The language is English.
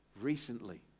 recently